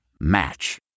Match